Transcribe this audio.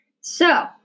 So